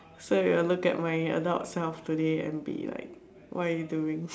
so you'll look like my adult self today and be like what are you doing